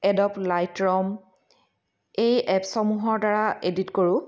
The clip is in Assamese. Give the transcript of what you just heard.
এডব লাইট্ৰম এই এপছসমূহৰ দ্বাৰা এডিট কৰোঁ